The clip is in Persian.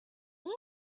این